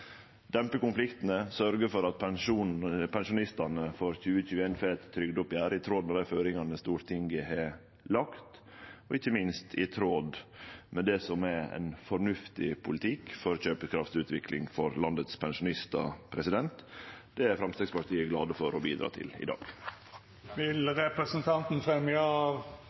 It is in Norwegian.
dempe konfliktane, sørgje for at pensjonistane for 2021 får eit trygdeoppgjer i tråd med dei føringane Stortinget har lagt, ikkje minst i tråd med det som er ein fornuftig politikk for kjøpekraftsutvikling for landets pensjonistar. Det er Framstegspartiet glad for å bidra til i dag. Vil representanten